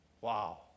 Wow